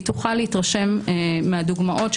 היא תוכל להתרשם מהדוגמאות שבשטח.